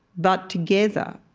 but together,